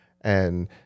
and-